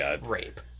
rape